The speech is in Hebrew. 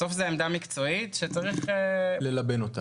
בסוף זאת עמדה מקצועית שצריך ללבן אותה.